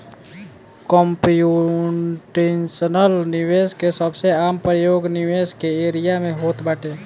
computational निवेश के सबसे आम प्रयोग निवेश के एरिया में होत बाटे